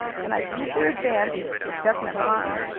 and i viewed their advance with definite alarm.